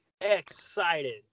Excited